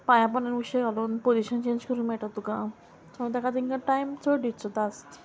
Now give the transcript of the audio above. पांया पोंदा उशें घालून पोजिशन चेंज करूंक मेळटा तुका सो तेका तेंका टायम चड दिचो तास